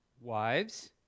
wives